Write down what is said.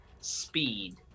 speed